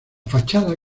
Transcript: fachada